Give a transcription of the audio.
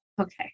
okay